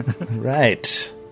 Right